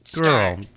Girl